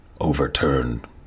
overturned